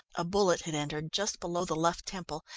a bullet had entered just below the left temple,